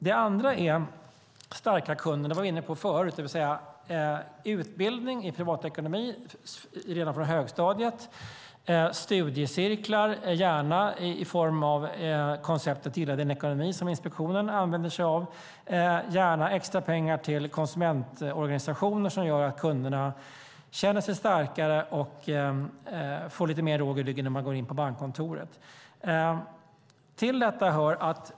Det andra är starka kunder. Det var vi inne på förut, det vill säga utbildning i privat ekonomi redan på högstadiet, studiecirklar, gärna i form av konceptet Gilla din ekonomi som Finansinspektionen använder sig av, och gärna extra pengar till konsumentorganisationer som gör att kunderna känner sig starkare och får lite mer råg i ryggen när de går in på bankkontoret.